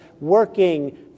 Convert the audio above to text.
working